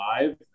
live